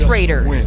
Raiders